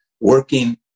working